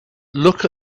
look